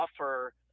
offer